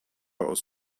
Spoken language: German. aus